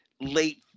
Late